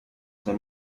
the